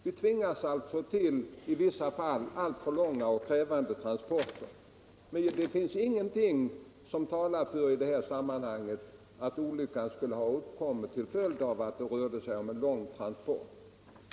Vi tvingas alltså i vissa fall till alltför långa och krävande transporter, men i det här sammanhanget finns det ingenting som talar för att olyckan skulle ha uppkommit till följd av att det rörde sig om en lång transport.